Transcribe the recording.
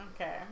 Okay